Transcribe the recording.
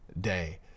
day